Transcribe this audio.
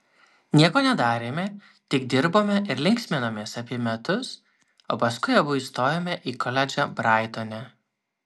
nieko nedarėme tik dirbome ir linksminomės apie metus o paskui abu įstojome į koledžą braitone